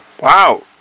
wow